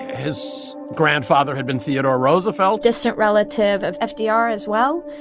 his grandfather had been theodore roosevelt distant relative of fdr as well.